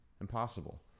impossible